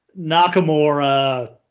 Nakamura